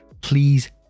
please